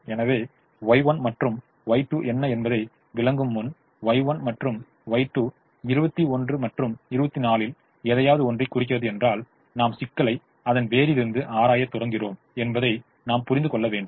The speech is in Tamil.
எனவே Y1 மற்றும் Y2 என்ன என்பதை விளக்கும் முன் Y1 மற்றும் Y2 21 மற்றும் 24 ல் எதையாவது ஒன்றை குறிக்கிறது என்றால் நாம் சிக்கலைத் அதன் வேரிலிருந்து ஆராய தொடங்கிநாம் என்பதை நாம் புரிந்துகொள்ள வேண்டும்